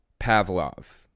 Pavlov